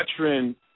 veteran